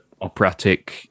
operatic